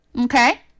Okay